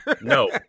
No